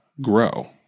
grow